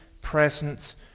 present